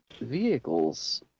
vehicles